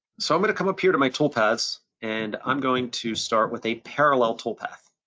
so i'm gonna come up here to my toolpaths and i'm going to start with a parallel toolpath.